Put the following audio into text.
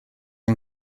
yng